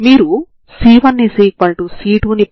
ఇక్కడ x అక్షాంశం మీ స్థిరాంకం అయ్యే లైన్ అవుతుంది